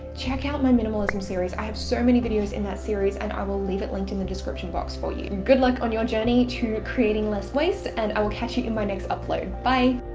check out my minimalism series. i have so many videos in that series, and i will leave it linked in the description box for you. good luck on your journey to creating less waste, and i will catch you in my next upload. bye.